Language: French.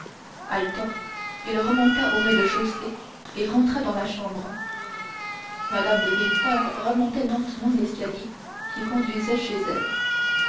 haletant il remonta au rez-de-chaussée et rentra dans la chambre mme de villefort remontait lentement l'escalier qui conduisait chez elle